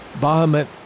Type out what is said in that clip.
Bahamut